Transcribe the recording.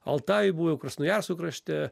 altajuj buvau krasnojarsko krašte